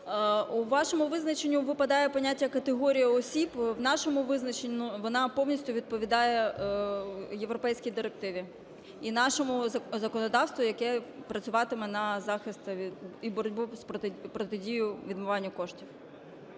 У вашому визначенні випадає поняття "категорія осіб". В нашому визначенні вона повністю відповідає європейській директиві і нашому законодавству, яке працюватиме на захист і боротьбу, протидію відмиванню коштів.